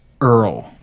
Earl